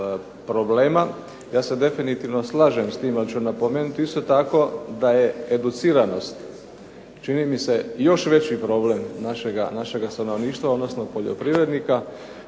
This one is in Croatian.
Ja se definitivno slažem s tim, ali ću napomenuti isto tako da je educiranost čini mi se još veći problem našega stanovništva odnosno poljoprivrednika,